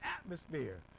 atmosphere